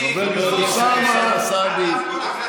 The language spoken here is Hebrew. אוסאמה סעדי,